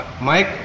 Mike